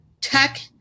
tech